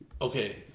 Okay